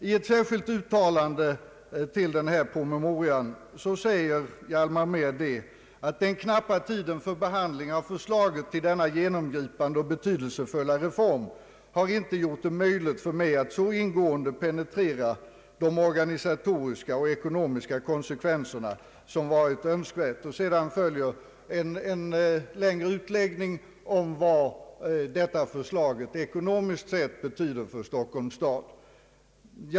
I ett särskilt uttalande till promemorian säger Hjalmar Mehr: »Den knappa tiden för behandling av förslaget till denna genomgripande och betydelsefulla reform har inte gjort det möjligt för mig att så ingående penetrera de organisatoriska och ekonomiska konsekvenserna som varit önskvärt.» Sedan följer en längre utläggning om vad detta förslag ekonomiskt sett betyder för Stockholms stad.